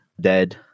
dead